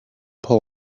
pull